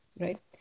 right